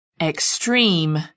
extreme